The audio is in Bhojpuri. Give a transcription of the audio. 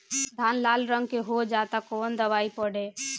धान लाल रंग के हो जाता कवन दवाई पढ़े?